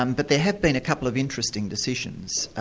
um but there have been a couple of interesting decisions.